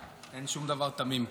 אין שום דבר תמים פה.